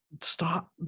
stop